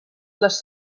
les